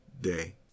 day